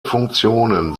funktionen